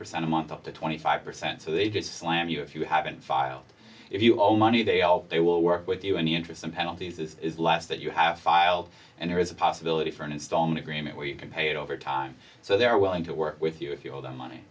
percent a month up to twenty five percent so they did slam you if you haven't filed if you owe money they all they will work with you in the interest and penalties this last that you have filed and there is a possibility for an installment agreement where you can pay it over time so they're willing to work with you if you owe them money